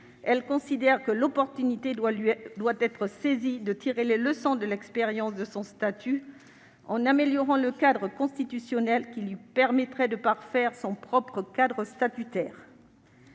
elle considère que l'opportunité de tirer les leçons de l'expérience de son statut doit être saisie, en améliorant le cadre constitutionnel qui lui permettrait de parfaire son propre cadre statutaire.